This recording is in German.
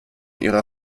ihrer